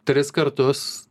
tris kartus